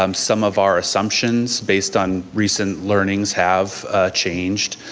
um some of our assumptions, based on recent learnings, have changed.